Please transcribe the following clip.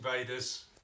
Invaders